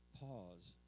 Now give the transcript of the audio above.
pause